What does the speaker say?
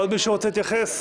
עוד מישהו רוצה להתייחס?